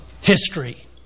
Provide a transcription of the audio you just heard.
history